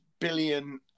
billion